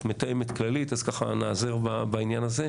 את מתאמת כללית, אז ניעזר בעניין הזה.